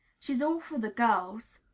she's all for the girls.